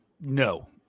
no